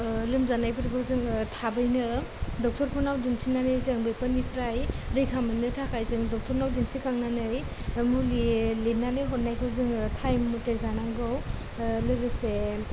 लोमजानायफोरखौ जोङो थाबैनो डक्टरफोरनाव दिन्थिनानै जों बेफोरनिफ्राय रैखा मोननो थाखाय जों डक्टरनाव दिन्थिखांनानै मुलि लिरनानै हरनायखौ जोङो टाइम मथे जानांगौ लोगोसे